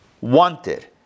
wanted